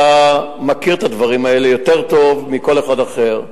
אתה מכיר את הדברים האלה יותר טוב מכל אחד אחר,